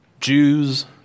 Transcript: Jews